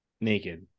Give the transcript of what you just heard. naked